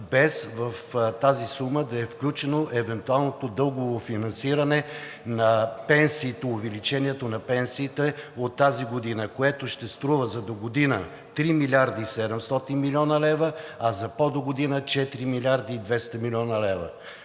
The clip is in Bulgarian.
без в тази сума да е включено евентуалното дългово финансиране на пенсиите – увеличението на пенсиите от тази година, което ще струва за догодина 3 млрд. 700 млн. лв., а за по-догодина 4 млрд. 200 млн. лв.